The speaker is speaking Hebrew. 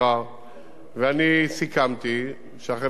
ואני סיכמתי שהחברה הלאומית לדרכים,